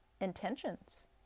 intentions